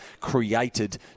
created